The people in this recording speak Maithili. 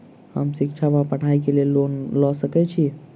हम शिक्षा वा पढ़ाई केँ लेल लोन लऽ सकै छी?